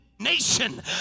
nation